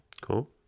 Cool